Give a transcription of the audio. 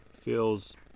feels